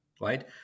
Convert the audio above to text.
right